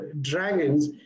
dragons